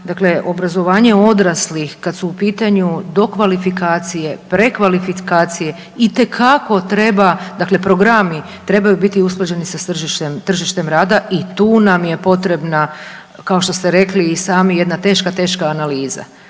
da obrazovanje odraslih kada su u pitanju dokvalifikacije, prekvalifikacije itekako treba dakle programi trebaju biti usklađeni sa tržištem rada i tu nam je potrebna kao što ste rekli i sami jedna teška, teška analiza,